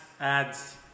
ads